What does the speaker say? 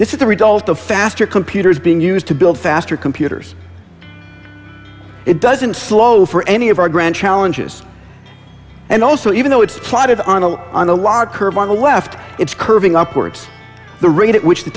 this is the result of faster computers being used to build faster computers it doesn't slow for any of our grand challenges and also even though it's plotted on a on a lot curve on the left it's curving upwards the rate at which the